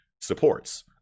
supports